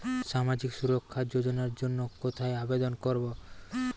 সামাজিক সুরক্ষা যোজনার জন্য কোথায় আবেদন করব?